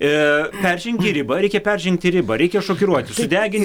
e peržengei ribą reikia peržengti ribą reikia šokiruoti sudegin